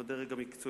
גם הדרג המקצועי,